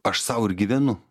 aš sau ir gyvenu